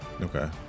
Okay